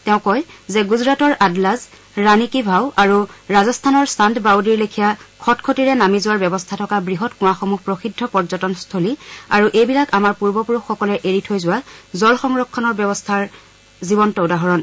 তেওঁ কয় যে গুজৰাটৰ আদলাজ ৰাণী কী ভাও আৰু ৰাজস্থানৰ চান্দ বাউদীৰ লেখিয়া খটখটিৰে নামি যোৱাৰ ব্যৱস্থা থকা বৃহৎ কঁৱাসমূহ প্ৰসিদ্ধ পৰ্যটনস্থলী আৰু এইবিলাক আমাৰ পূৰ্বপুৰুষসকলে এৰি থৈ যোৱা জল সংৰক্ষণ ব্যৱস্থাৰ জীৱন্ত উদাহৰণ